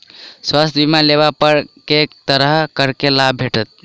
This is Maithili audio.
स्वास्थ्य बीमा लेबा पर केँ तरहक करके लाभ भेटत?